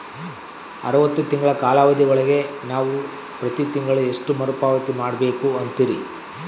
ಅರವತ್ತು ತಿಂಗಳ ಕಾಲಾವಧಿ ಒಳಗ ನಾವು ಪ್ರತಿ ತಿಂಗಳು ಎಷ್ಟು ಮರುಪಾವತಿ ಮಾಡಬೇಕು ಅಂತೇರಿ?